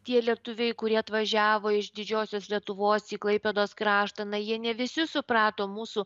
tie lietuviai kurie atvažiavo iš didžiosios lietuvos į klaipėdos kraštą na jie ne visi suprato mūsų